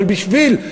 אבל בשביל,